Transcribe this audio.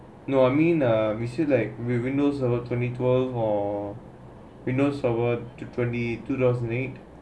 no I mean ah versions like Windows server twenty twelve or Windows server twenty two thousand eight